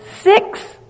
six